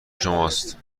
شماست